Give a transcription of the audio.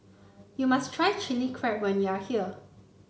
you must try Chilli Crab when you are here